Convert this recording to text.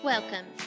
Welcome